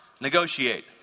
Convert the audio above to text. negotiate